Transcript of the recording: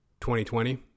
2020